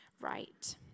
right